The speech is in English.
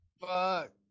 Fuck